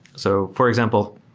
so for example,